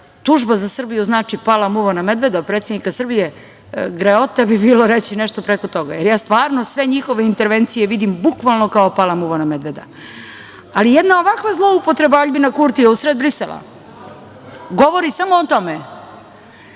tužba za Srbiju znači pala muva na medveda, predsednika Srbije, grehota bi bilo reći nešto preko toga, jer ja stvarno sve njihove intervencije vidim bukvalno kao – pala muva na medveda. Ali, jedna ovakva zloupotreba Aljbina Kurtija u sred Brisela govori samo o tome